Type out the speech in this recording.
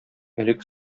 элек